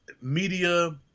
media